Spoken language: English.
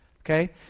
okay